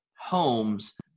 homes